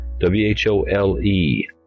W-H-O-L-E